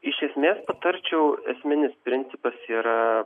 iš esmės patarčiau esminis principas yra